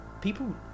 people